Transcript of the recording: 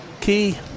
key